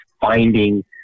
finding